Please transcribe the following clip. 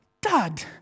dad